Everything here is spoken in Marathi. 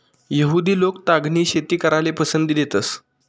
यहुदि लोक तागनी शेती कराले पसंती देतंस